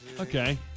Okay